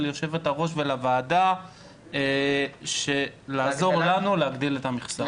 היו"ר והוועדה לעזור לנו להגדיל את המכסה.